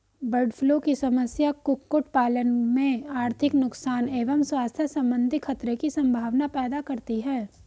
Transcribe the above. bird flu की समस्या कुक्कुट पालन में आर्थिक नुकसान एवं स्वास्थ्य सम्बन्धी खतरे की सम्भावना पैदा करती है